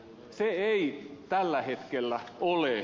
se ei tällä hetkellä ole